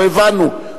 לא הבנו.